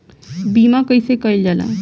बीमा कइसे कइल जाला?